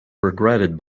regretted